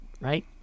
right